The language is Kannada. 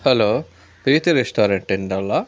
ಹಲೋ ಪ್ರೀತಿ ರೆಸ್ಟೋರೆಂಟಿಂದ ಅಲ್ಲಾ